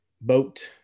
boat